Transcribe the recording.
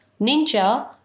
ninja